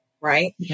right